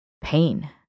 pain